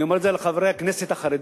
אני אומר את זה לחברי הכנסת החרדים,